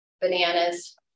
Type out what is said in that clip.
bananas